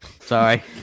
Sorry